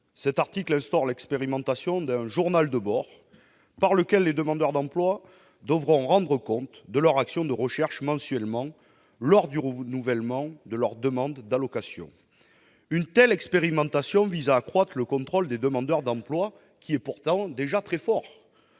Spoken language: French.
de loi qui instaure l'expérimentation d'un journal de bord, dans lequel les demandeurs d'emploi devront rendre compte mensuellement de leurs actions de recherche à l'occasion du nouvellement de leur demande d'allocation. Une telle expérimentation vise à accroître le contrôle des demandeurs d'emploi, pourtant déjà très fort.